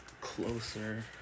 closer